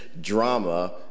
drama